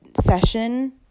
session